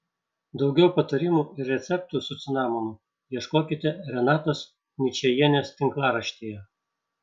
daugiau patarimų ir receptų su cinamonu ieškokite renatos ničajienės tinklaraštyje